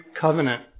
covenant